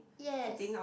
yes